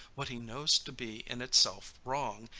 what he knows to be in itself wrong,